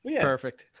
perfect